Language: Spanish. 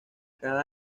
cada